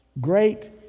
great